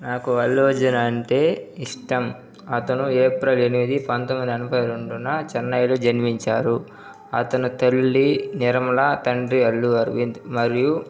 నాకు అల్లు అర్జున్ అంటే ఇష్టం అతను ఏప్రిల్ ఎనిమిది పంతొమ్మిది ఎనభై రెండున చెన్నైలో జన్మించారు అతని తల్లి నిర్మల తండ్రి అల్లు అరవింద్ మరియు